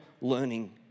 learning